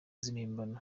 z’impimbano